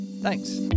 Thanks